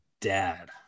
dad